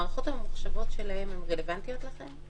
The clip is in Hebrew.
המערכות הממוחשבות שלהם רלוונטיות לכם?